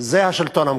זה השלטון המקומי.